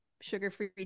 sugar-free